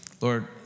Lord